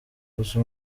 gusa